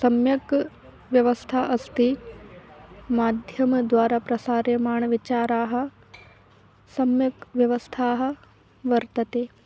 सम्यक् व्यवस्था अस्ति माध्यमद्वारा प्रसार्यमाणाः विचाराः सम्यक् व्यवस्था वर्तते